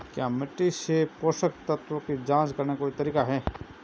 क्या मिट्टी से पोषक तत्व की जांच करने का कोई तरीका है?